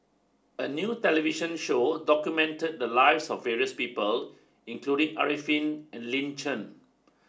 a new television show documented the lives of various people including Arifin and Lin Chen